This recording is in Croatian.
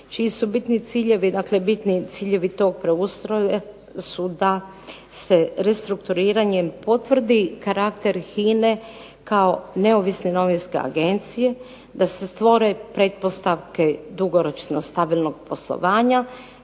čiji su bitni ciljevi, dakle bitni ciljevi tog preustroja su da se restrukturiranjem potvrdi karakter HINA-e kao neovisne novinske agencije, da se stvore pretpostavke dugoročno stabilnog poslovanja,